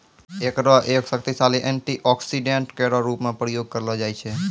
एकरो एक शक्तिशाली एंटीऑक्सीडेंट केरो रूप म प्रयोग करलो जाय छै